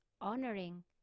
honoring